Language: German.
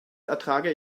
ertrage